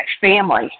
family